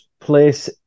place